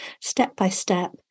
step-by-step